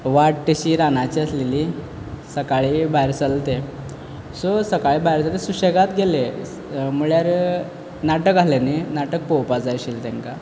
वाट तशी रानाची आसलेली सकाळीं भायर सरले ते सो सकाळीं भायर सरून सुशेगाद गेले म्हणल्यार नाटक आसलें न्ही नाटक पोळोपा जाय आशिल्लें तेंकां